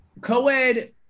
co-ed